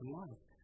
life